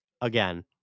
Again